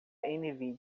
nvidia